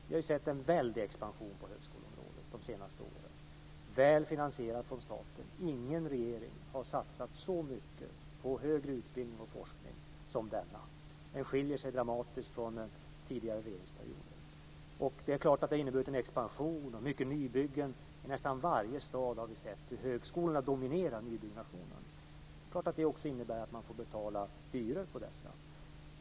Vi har sett en väldig expansion på högskoleområdet under de senaste åren, väl finansierad av staten. Ingen regering har satsat så mycket på högre utbildning och forskning som denna regering. Det skiljer sig dramatiskt från tidigare regeringsperioder. Expansionen har inneburit mycket nybyggen. I nästan varje stad har vi kunnat se hur högskolan har dominerat nybyggnationen. Det är klart att man ska betala hyror för dessa lokaler.